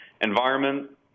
environment